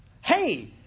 Hey